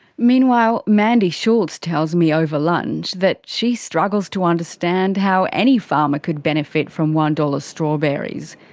meanwhile, mandy schultz tells me over lunch, that she struggles to understand how any farmer could benefit from one dollars strawberries.